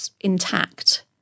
intact